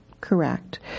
correct